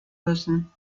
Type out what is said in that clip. müssen